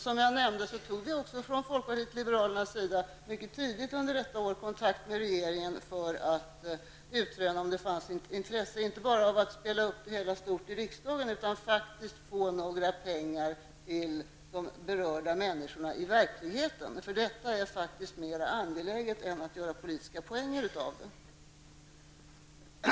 Som jag nämnde tog också vi från folkpartiet liberalerna kontakt med regeringen för att utröna om det verkligen fanns något intresse av att ge de berörda människorna kompensation och inte bara att spela upp det hela stort i riksdagen. Att ge dem kompensation är mer angeläget än att bara försöka få politiska poänger genom att säga att man skall ge dem kompensation.